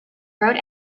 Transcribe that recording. road